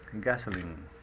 gasoline